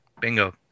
Bingo